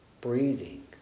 breathing